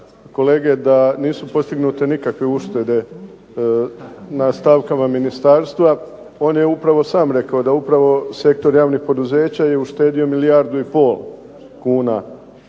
da nisu postignute nikakve uštede na stavkama ministarstva. On je upravo sam rekao da upravo sektor javnih poduzeća je uštedio milijardu i pol kuna.